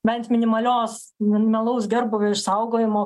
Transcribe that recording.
bent minimalios minimalaus gerbūvio išsaugojimo